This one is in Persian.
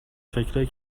فکرایی